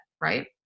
right